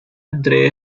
entre